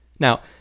Now